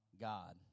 God